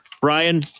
Brian